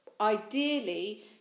ideally